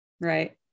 Right